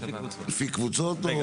לפי קבוצות.